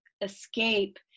escape